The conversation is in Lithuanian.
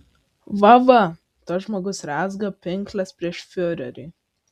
va va tas žmogus rezga pinkles prieš fiurerį